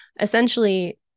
essentially